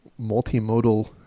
multimodal